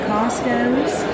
Costco's